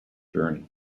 journey